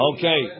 Okay